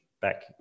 back